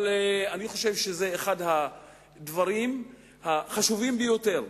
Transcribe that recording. אבל אני חושב שזה אחד הדברים החשובים ביותר.